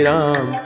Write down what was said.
Ram